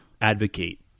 advocate